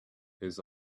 his